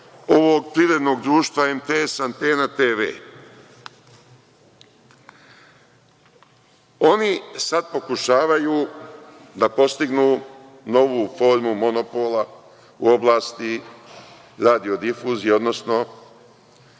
ovog privrednog društva MTS Antena TV? Oni sad pokušavaju da postignu novu formu monopola u oblasti radio-difuzije, odnosno